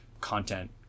content